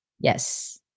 Yes